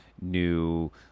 new